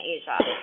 Asia